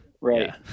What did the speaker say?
Right